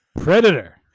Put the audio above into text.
Predator